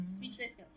Speechless